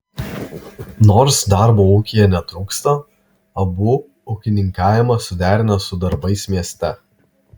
nors darbo ūkyje netrūksta abu ūkininkavimą suderina su darbais mieste